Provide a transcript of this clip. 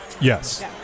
Yes